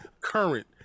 current